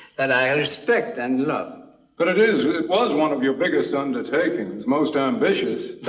that i respect and love. but it was one of your biggest undertakings most ambitious.